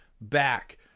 back